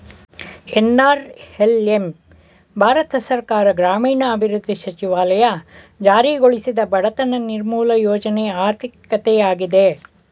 NRLM Bharat ಸರ್ಕಾರ ಗ್ರಾಮೀಣಾಭಿವೃದ್ಧಿ ಸಚಿವಾಲಯ ಜಾರಿಗೊಳಿಸಿದ ಬಡತನ ನಿರ್ಮೂಲ ಯೋಜ್ನ ಆರ್ಥಿಕತೆಯಾಗಿದೆ